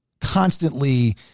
constantly